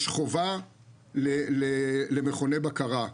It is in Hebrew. יש חובה למכוני בקרה.